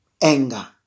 Anger